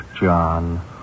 John